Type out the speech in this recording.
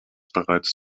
bereits